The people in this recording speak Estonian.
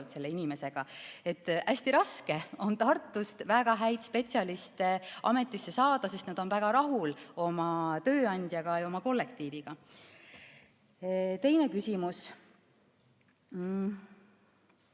selle inimesega. Nii et hästi raske on Tartus väga häid spetsialiste ametisse saada, sest nad on väga rahul oma tööandjaga ja oma kollektiiviga. Teine küsimus.